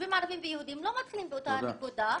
יישובים ערביים ויהודים לא מתחילים באותה הנקודה.